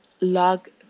log